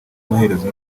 amaherezo